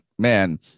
Man